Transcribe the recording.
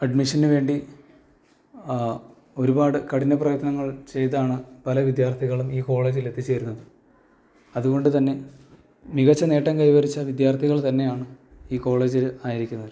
അഡ്മിഷനു വേണ്ടി ഒരുപാട് കഠിന പ്രയത്നങ്ങൾ ചെയ്താണ് പല വിദ്യാർത്ഥികളും ഈ കോളേജിലെത്തിച്ചേരുന്നത് അതുകൊണ്ടു തന്നെ മികച്ച നേട്ടം കൈവരിച്ച വിദ്യാർത്ഥികൾ തന്നെയാണ് ഈ കോളേജിൽ ആയിരിക്കുന്നവർ